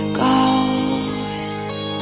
goes